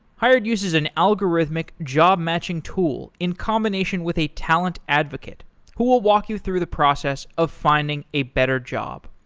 hired uses an algorithmic job-matching tool in combination with a talent advocate who will walk you through the process of finding a better job.